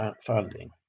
funding